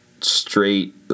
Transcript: straight